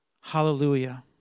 Hallelujah